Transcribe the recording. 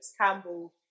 Campbell